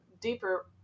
deeper